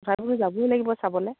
তথাপিতো যাবই লাগিব চাবলৈ